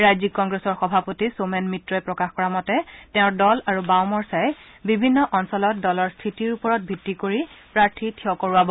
ৰাজ্যিক কংগ্ৰেছৰ সভাপতি সোমেন মিত্ৰই প্ৰকাশ কৰা মতে তেওঁৰ দল আৰু বাওঁ মৰ্চাই বিভিন্ন অঞ্চলত দলৰ স্থিতিৰ ওপৰত ভিত্তি কৰি প্ৰাৰ্থী থিয় কৰোৱাব